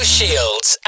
Shields